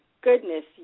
goodness